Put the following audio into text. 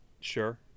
Sure